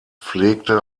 pflegte